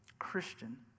Christian